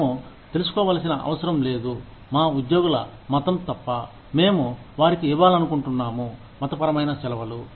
మేము తెలుసుకోవలసిన అవసరం లేదు మా ఉద్యోగుల మతం తప్ప మేము వారికి ఇవ్వాళనుకుంటున్నాము మతపరమైన సెలవులు